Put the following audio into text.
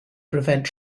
prevent